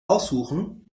aussuchen